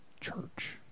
church